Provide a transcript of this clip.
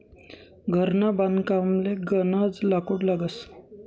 घरना बांधकामले गनज लाकूड लागस